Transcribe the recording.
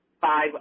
five